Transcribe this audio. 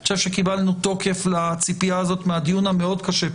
אני חושב שקיבלנו תוקף לציפייה הזאת מהדיון המאוד קשה,